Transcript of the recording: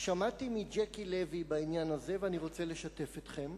שמעתי מג'קי לוי בעניין הזה, ואני רוצה לשתף אתכם,